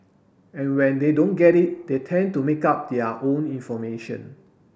and when they don't get it they tend to make up their own information